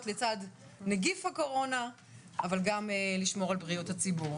לצד נגיף הקורונה אבל גם לשמור על בריאות הציבור.